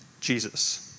Jesus